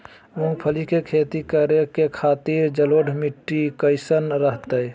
मूंगफली के खेती करें के खातिर जलोढ़ मिट्टी कईसन रहतय?